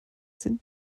sind